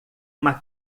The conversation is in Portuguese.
uma